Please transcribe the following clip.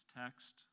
text